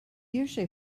usually